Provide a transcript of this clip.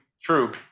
true